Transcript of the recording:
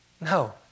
No